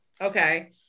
Okay